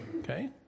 Okay